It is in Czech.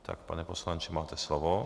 Tak, pane poslanče, máte slovo.